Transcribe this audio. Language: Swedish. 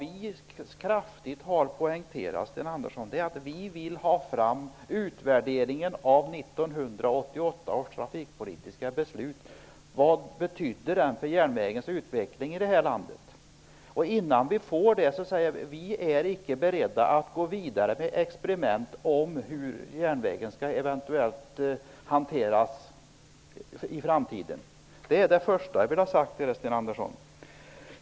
Vi har kraftigt poängterat att vi vill ha fram utvärderingen av 1988 års trafikpolitiska beslut. Vi vill veta vad det betydde för järnvägens utveckling i det här landet. Innan vi får denna utvärdering är vi icke beredda att gå vidare genom att experimentera med järnvägens framtid. Det är det första som jag vill ha sagt till Sten Andersson.